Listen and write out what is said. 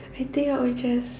I think I would just